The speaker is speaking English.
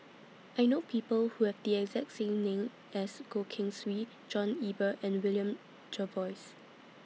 I know People Who Have The exact same name as Goh Keng Swee John Eber and William Jervois